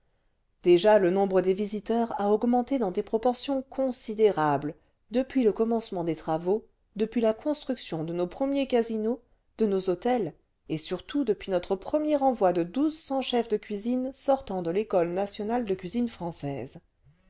déjà le nombre des visiteurs a augmenté dans des proportions considérables depuis le commencement des travaux depuis la construction de nos premiers casinos de nos hôtels et surtout depuis notre premier envoi de douze cents le chef de cuisine sortant de l'école nationale de cuisine française